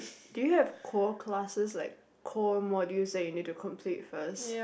do you have core classes like core modules that you need to complete first